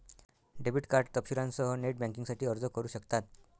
debit card तपशीलांसह net बँकिंगसाठी अर्ज करू शकतात